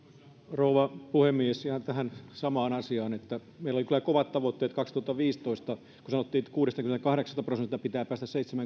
rouva puhemies ihan tähän samaan asiaan meillä oli kyllä kovat tavoitteet kaksituhattaviisitoista kun sanottiin että kuudestakymmenestäkahdeksasta prosentista pitää päästä